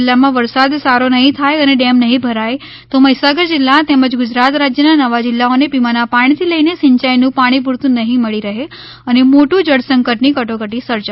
જિલ્લામાં વરસાદ સારો નહીં થાય અને ડેમ નહીં ભરાય તો મહિસાગર જીલ્લા તેમજ ગુજરાત રાજ્યના નવ જીલ્લાઓને પીવાના પાણીથી લઈને સિંચાઇનું પાણી પૂરુંતું નહીં મળી રહે અને મોટું જળસંકટની કટોકટી સર્જાશે